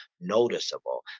noticeable